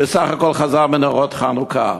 שסך הכול חזר מהדלקת נרות חנוכה.